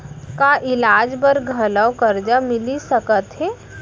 का इलाज बर घलव करजा मिलिस सकत हे?